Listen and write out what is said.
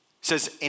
says